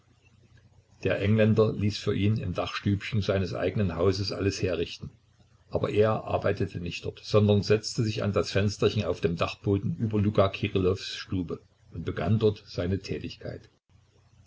der engländer ließ für ihn im dachstübchen seines eigenen hauses alles herrichten aber er arbeitete nicht dort sondern setzte sich an das fensterchen auf dem dachboden über luka kirillows stube und begann dort seine tätigkeit